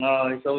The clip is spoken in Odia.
ହଁ ଏଇସବୁ